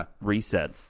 reset